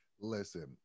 Listen